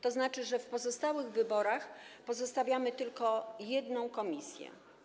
To oznacza, że w pozostałych wyborach pozostawiamy tylko jedną komisję.